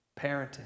parenting